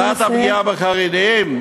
זולת הפגיעה בחרדים,